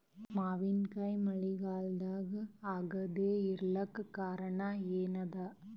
ಮಾವಿನಕಾಯಿ ಮಳಿಗಾಲದಾಗ ಆಗದೆ ಇರಲಾಕ ಕಾರಣ ಏನದ?